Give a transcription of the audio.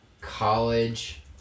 college